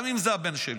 גם אם זה הבן שלי.